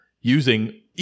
using